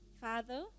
Father